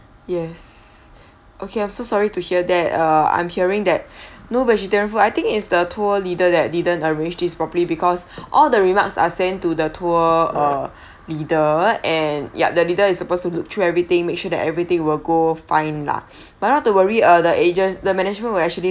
yes okay I'm so sorry to hear that uh I'm hearing that no vegetarian I think is the tour leader that didn't arrange these properly because all the remarks are sent to the tour uh leader and yup the leader is supposed to look through everything make sure that everything will go fine lah but not to worry uh the agent the management will actually